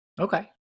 Okay